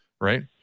right